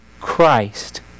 Christ